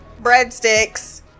breadsticks